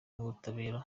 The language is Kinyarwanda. n’ubutabera